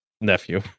nephew